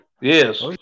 Yes